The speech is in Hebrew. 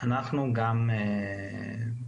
גם אנחנו קבענו הוראות.